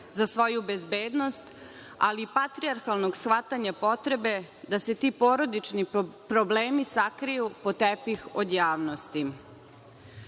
za svoju bezbednost, ali patrijarhalnog shvatanja potrebe da se ti porodični problemi sakriju pod tepih od javnosti. Proteklih